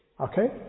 Okay